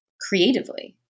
creatively